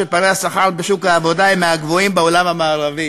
שפערי השכר בשוק העבודה הם מהגבוהים בעולם המערבי,